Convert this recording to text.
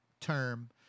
term